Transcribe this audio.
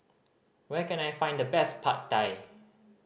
where can I find the best Pad Thai